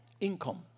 income